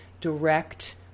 direct